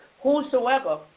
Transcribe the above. Whosoever